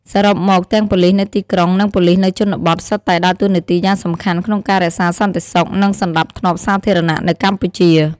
សរុបមក ទាំងប៉ូលិសនៅទីក្រុង និងប៉ូលិសនៅជនបទ សុទ្ធតែដើរតួនាទីយ៉ាងសំខាន់ក្នុងការរក្សាសន្តិសុខ និងសណ្តាប់ធ្នាប់សាធារណៈនៅកម្ពុជា។